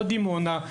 דימונה.